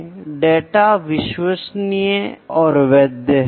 इसलिए यह दो मेट्रोलॉजी के महत्वपूर्ण कार्य हैं